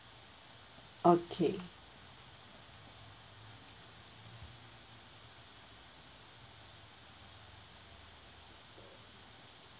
okay